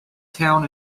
town